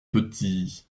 petit